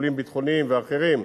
משיקולים ביטחוניים ואחרים,